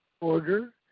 order